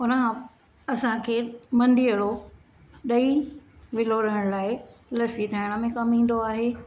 उन खां असां खे मंदीहणो ॾही विलोड़ण लाइ लस्सी ठाहिण में कमु ईंदो आहे